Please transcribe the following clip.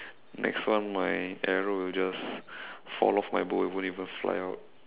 next one my arrow will just fall off my bow it won't even fly out